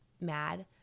mad